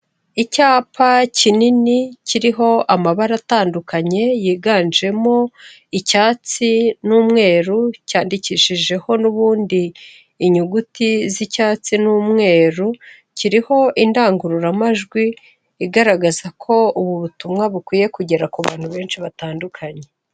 Icyapa kinini kiriho amabara atandukanye yiganjemo icyatsi n'umweru cyandikishijeho n'ubundi inyuguti z'icyatsi n'umweru kiriho indangururamajwi igaragaza ko ubu butumwa bukwiye kugera ku bantu benshi batandukanye.